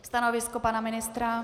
Stanovisko pana ministra?